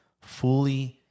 fully